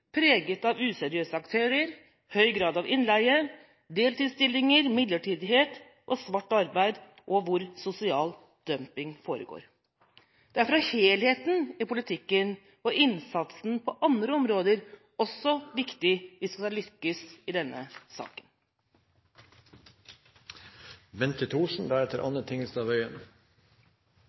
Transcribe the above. preget av useriøse aktører, høy grad av innleie, deltidsstillinger, midlertidighet og svart arbeid, og hvor sosial dumping foregår. Derfor er helheten i politikken og innsatsen på andre områder også viktig hvis vi skal lykkes i denne saken.